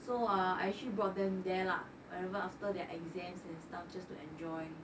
so uh actually brought them there lah I remember after their exams and stuff just to enjoy